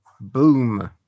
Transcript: Boom